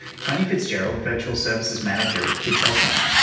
tony fitzgerald, virtual services manager at kids helpline,